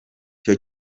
cyo